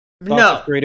no